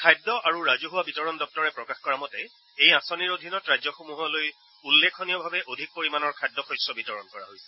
খাদ্য আৰু ৰাজহুৱা বিতৰণ দপ্তৰে প্ৰকাশ কৰা মতে এই আঁচনিৰ অধীনত ৰাজ্যসমূহলৈ উল্লেখনীয়ভাৱে অধিক পৰিমাণৰ খাদ্যশস্য বিতৰণ কৰা হৈছে